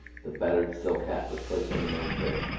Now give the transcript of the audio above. the battered silk hat was placed on the man's head.